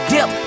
Dip